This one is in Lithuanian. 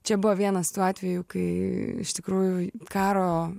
čia buvo vienas tų atvejų kai iš tikrųjų karo